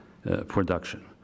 Production